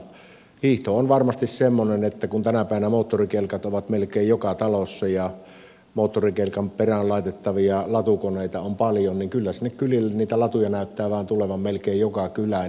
hiihto on varmasti semmoinen että kun tänä päivänä moottorikelkat on melkein joka talossa ja moottorikelkan perään laitettavia latukoneita on paljon niin kyllä sinne kylille niitä latuja näyttää vain tulevan melkein joka kylään